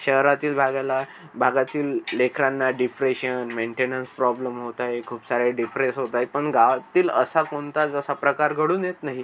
शहरातील भागाला भागातील लेकरांना डिफ्रेशन मेंटेनन्स प्रॉब्लेम होताहे खूप सारे डिप्रेस होताहेत पण गावातील असा कोणताच जसा प्रकार घडून येत नाही